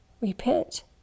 Repent